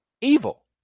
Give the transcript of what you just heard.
Evil